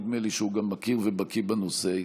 נדמה לי שהוא מכיר, ובקי בנושא היטב.